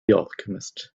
alchemist